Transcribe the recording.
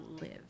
live